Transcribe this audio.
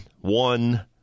one